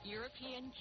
European